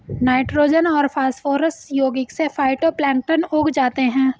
nitrogen और phosphorus यौगिक से फाइटोप्लैंक्टन उग जाते है